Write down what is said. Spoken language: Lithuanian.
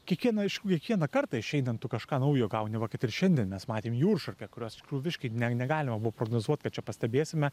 kiekvieną aišku kiekvieną kartą išeinant tu kažką naujo gauni va kad ir šiandien mes matėm jūršarkę kurios iš tikrųjų visiškai ne negalima buvo prognozuot kad čia pastebėsime